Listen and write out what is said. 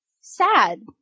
sad